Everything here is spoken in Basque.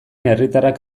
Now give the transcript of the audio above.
herritarrak